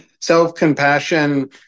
Self-compassion